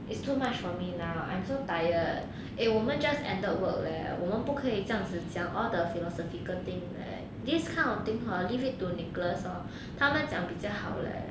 is too much for me now I'm so tired eh we just ended work leh 我们不可以这样子讲 all the philosophical thing leh this kind of thing hor leave it to nicholas lor 他们讲比较好 leh